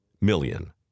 million